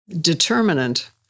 determinant